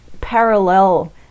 parallel